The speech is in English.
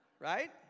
right